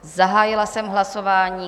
Zahájila jsem hlasování.